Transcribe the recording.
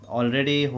already